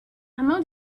among